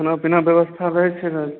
खाना पीना बेवस्था रहै छै ने